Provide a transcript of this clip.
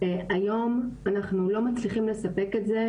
היום אנחנו לא מצליחים לספק את זה,